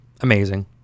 Amazing